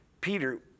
Peter